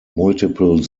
multiple